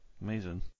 Amazing